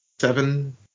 seven